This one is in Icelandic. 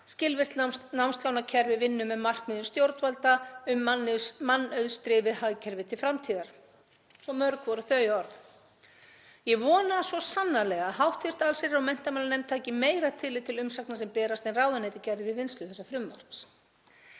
Skilvirkt námslánakerfi vinnur með markmiðum stjórnvalda um mannauðsdrifið hagkerfi til framtíðar.“ Svo mörg voru þau orð. Ég vona svo sannarlega að hv. allsherjar- og menntamálanefnd taki meira tillit til umsagna sem berast en ráðuneytið gerði við vinnslu þessa frumvarps.